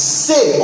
say